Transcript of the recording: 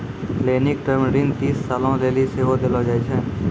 लेनिक टर्म ऋण तीस सालो लेली सेहो देलो जाय छै